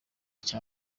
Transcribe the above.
cya